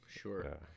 sure